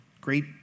great